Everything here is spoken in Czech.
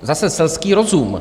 Zase selský rozum.